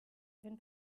wenn